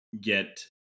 get